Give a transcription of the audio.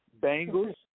Bengals